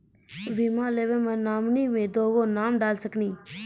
बीमा लेवे मे नॉमिनी मे दुगो नाम डाल सकनी?